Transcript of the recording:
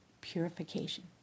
purification